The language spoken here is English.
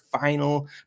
final